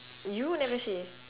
you never say